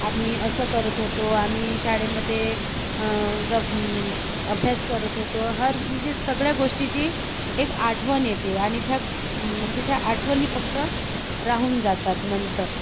आम्ही असं करत होतो आम्ही शाळेमध्ये अभ्यास करत होतो हर म्हणजे सगळ्या गोष्टीची एक आठवण येते आणि त्या म्हणजे त्या आठवणी फक्त राहून जातात नंतर